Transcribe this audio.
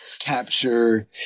capture